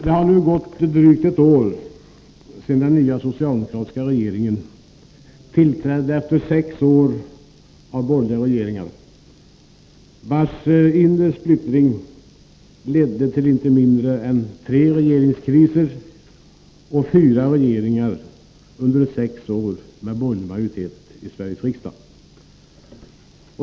Det har nu gått drygt ett år sedan den nya socialdemokratiska regeringen tillträdde efter sex år av borgerliga regeringar, vilkas inre splittring ledde till inte mindre än tre regeringskriser och fyra regeringar under de sex åren med borgerlig majoritet i Sveriges riksdag.